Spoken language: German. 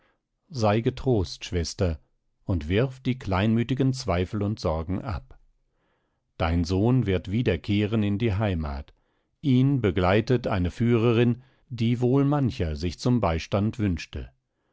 sei getrost schwester und wirf die kleinmütigen zweifel und sorgen ab dein sohn wird wiederkehren in die heimat ihn begleitet eine führerin die wohl mancher sich zum beistand wünschte